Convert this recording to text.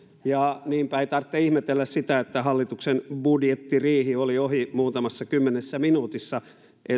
niinpä ei tarvitse ihmetellä sitä että hallituksen budjettiriihi oli ohi muutamassa kymmenessä minuutissa